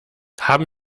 haben